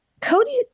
Cody